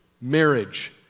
marriage